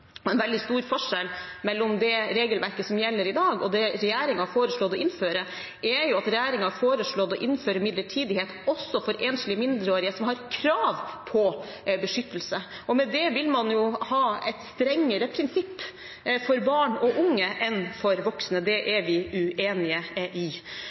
til. En veldig stor forskjell mellom det regelverket som gjelder i dag og det regjeringen har foreslått å innføre, er at regjeringen har foreslått å innføre midlertidighet også for enslige mindreårige som har krav på beskyttelse. Med det vil man ha et strengere prinsipp for barn og unge enn for voksne. Det er vi uenig i.